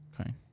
Okay